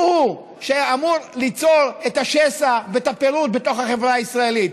הוא-הוא שאמור ליצור את השסע ואת הפירוד בתוך החברה הישראלית.